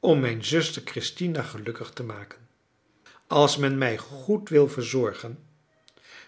om mijn zuster christina gelukkig te maken als men mij goed wil verzorgen